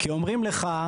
כי אומרים לך,